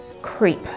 Creep